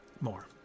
More